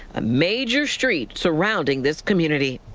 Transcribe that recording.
a major streets surrounding this community.